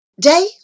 Day